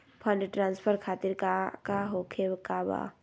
Fund transfer खातिर काका होखे का बा?